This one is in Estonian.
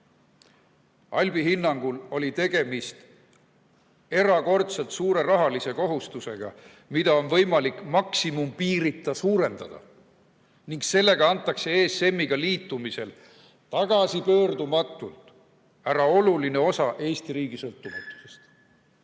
Albi hinnangul oli tegemist erakordselt suure rahalise kohustusega, mida on võimalik maksimumpiirita suurendada, ning sellega antakse ESM‑iga liitumisel tagasipöördumatult ära oluline osa Eesti riigi sõltumatusest.